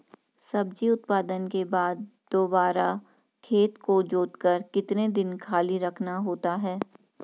सब्जी उत्पादन के बाद दोबारा खेत को जोतकर कितने दिन खाली रखना होता है?